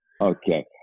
Okay